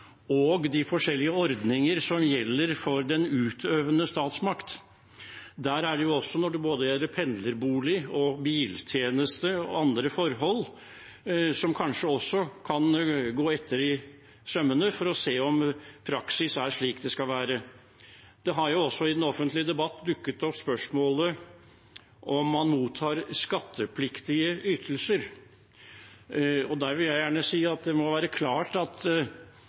og de forskjellige ordninger som gjelder for den utøvende statsmakt. Der er det både pendlerboliger, biltjeneste og andre forhold som kanskje kan gås etter i sømmene for å se om praksis er slik den skal være. Det har i den offentlige debatt også dukket opp spørsmål om man mottar skattepliktige ytelser. Der vil jeg gjerne si at